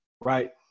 right